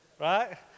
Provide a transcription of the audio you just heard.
right